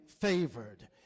favored